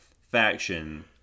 faction